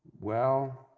well,